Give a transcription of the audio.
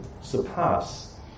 surpass